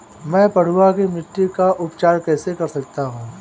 मैं पडुआ की मिट्टी का उपचार कैसे कर सकता हूँ?